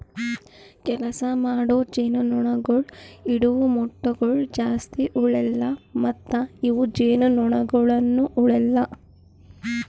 ಕೆಲಸ ಮಾಡೋ ಜೇನುನೊಣಗೊಳ್ ಇಡವು ಮೊಟ್ಟಗೊಳ್ ಜಾಸ್ತಿ ಉಳೆಲ್ಲ ಮತ್ತ ಇವು ಜೇನುನೊಣಗೊಳನು ಉಳೆಲ್ಲ